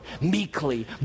meekly